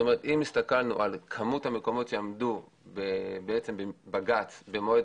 כלומר אם הסתכלנו על מספר המקומות שעמדו בבג"ץ במועד